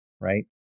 right